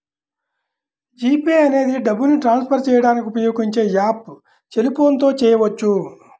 G pay అనేది డబ్బుని transfer చేయడానికి ఉపయోగించే యాప్పు సెల్ ఫోన్ తో చేయవచ్చు